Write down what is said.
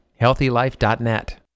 healthylife.net